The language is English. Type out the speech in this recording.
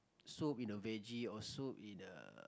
soup in a veggie or soup in a